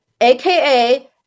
aka